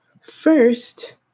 first